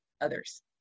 others